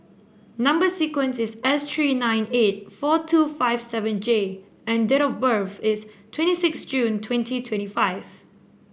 number sequence is S three nine eight four two five seven J and date of birth is twenty six June twenty twenty five